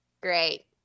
Great